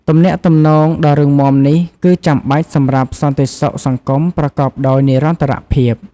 ទំនាក់ទំនងដ៏រឹងមាំនេះគឺចាំបាច់សម្រាប់សន្តិសុខសង្គមប្រកបដោយនិរន្តរភាព។